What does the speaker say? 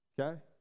Okay